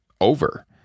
over